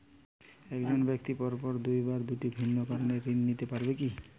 এক জন ব্যক্তি পরপর দুবার দুটি ভিন্ন কারণে ঋণ নিতে পারে কী?